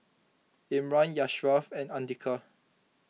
Imran Ashraf and andika